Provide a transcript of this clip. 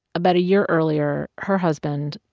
about a year earlier, her husband,